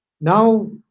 Now